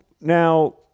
now